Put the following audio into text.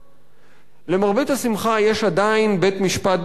למרבה השמחה יש עדיין בית-משפט בירושלים,